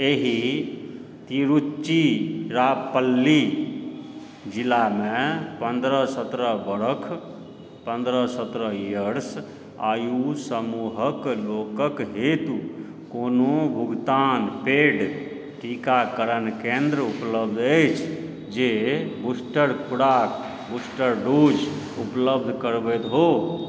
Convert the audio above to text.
एहि तिरुचिल्लापल्ली जिलामे पन्द्रह सत्रह वर्ष पन्द्रह सत्रह ईयर्स आयु समूहक लोकक हेतु कोनो भुगतान पेड टीकाकरण केन्द्र उपलब्ध अछि जे बुस्टर खुराक बुस्टर डोज उपलब्ध करबैत हो